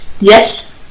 Yes